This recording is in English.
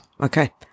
Okay